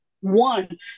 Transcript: one